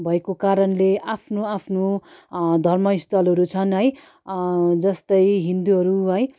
भएको कारणले आफ्नो आफ्नो धर्म स्थलहरू छन् है जस्तै हिन्दूहरू है